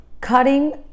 cutting